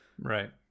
right